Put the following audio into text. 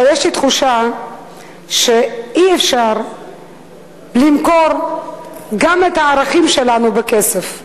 אבל יש לי תחושה שאי-אפשר למכור גם את הערכים שלנו בכסף.